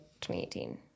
2018